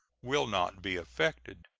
will not be affected.